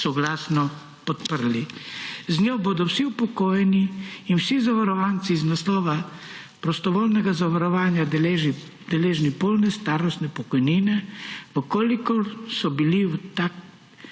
soglasno podprli. Z njo bodo vsi upokojeni in vsi zavarovanci z naslova prostovoljnega zavarovanja deležni polne starostne pokojnine, v kolikor so bili v tak